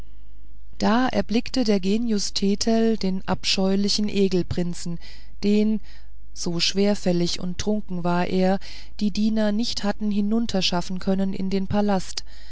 da erblickte der genius thetel den abscheulichen egelprinzen den so schwerfällig und trunken war er die diener nicht hatten hinunterschaffen können in den palast